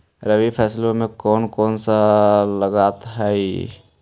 रबी फैसले मे कोन कोन सा लगता हाइय?